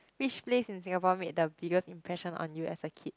which place in Singapore made the biggest impression on you as a kid